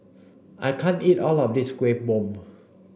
I can't eat all of this Kuih Bom